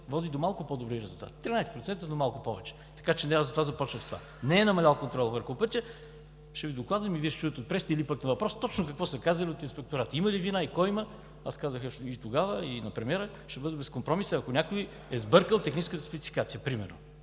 води до малко по-добри резултати – 13% са, но малко повече. Така че аз започнах с това – не е намалял контролът върху пътя, ще Ви докладвам и Вие ще чуете от пресата или пък на въпроса точно какво са казали от Инспектората: има ли вина и кой има. Аз казах тогава и на премиера, че ще бъда безкомпромисен, ако някой е сбъркал техническата спецификация, примерно.